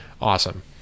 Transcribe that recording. awesome